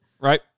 Right